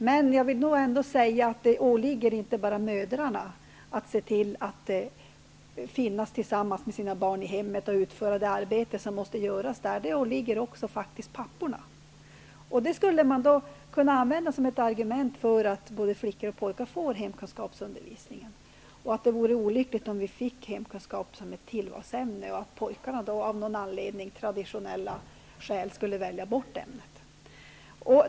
Men jag vill ändå säga att det åligger inte bara mödrarna att se till att finnas tillsammans med sina barn i hemmet och utföra det arbete som måste göras där. Det åligger faktiskt också papporna. Det skulle man kunna använda som ett argument för att både flickor och pojkar får hemkunskapsundervisning, och att det vore olyckligt om vi fick hemkunskap som ett tillvalsämne och att pojkarna då av någon anledning -- av traditionella skäl -- skulle välja bort ämnet.